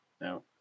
No